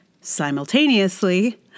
Simultaneously